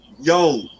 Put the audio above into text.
Yo